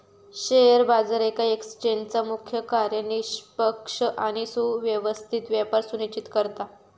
share बाजार येका एक्सचेंजचा मुख्य कार्य निष्पक्ष आणि सुव्यवस्थित व्यापार सुनिश्चित करता